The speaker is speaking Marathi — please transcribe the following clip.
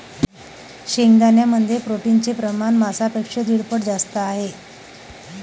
शेंगदाण्यांमध्ये प्रोटीनचे प्रमाण मांसापेक्षा दीड पट जास्त आहे